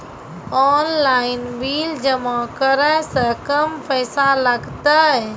Online bill जमा करै से कम पैसा लागतै?